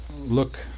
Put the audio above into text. look